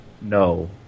No